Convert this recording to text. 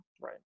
Right